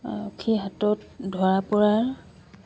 আৰক্ষীৰ হাতত ধৰা পৰাৰ